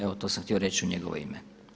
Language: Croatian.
Evo, to sam htio reći u njegovo ime.